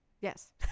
Yes